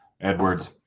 Edwards